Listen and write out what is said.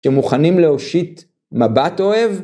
אתם מוכנים להושיט מבט אוהב?